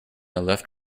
left